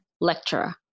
lecturer